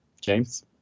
James